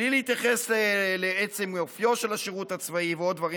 בלי להתייחס לעצם אופיו של השירות הצבאי ועוד דברים